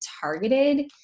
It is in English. targeted